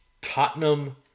Tottenham